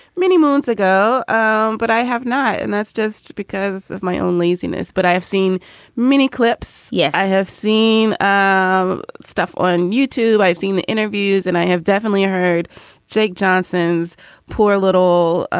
many moons ago um but i have not. and that's just because of my own laziness. but i have seen many clips yes, i have seen um stuff on youtube. i've seen the interviews. and i have definitely heard jake johnson's poor little